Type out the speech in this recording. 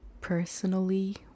personally